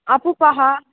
अपूपः